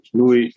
lui